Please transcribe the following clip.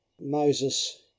Moses